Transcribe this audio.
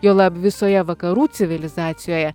juolab visoje vakarų civilizacijoje